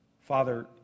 Father